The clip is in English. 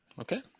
okay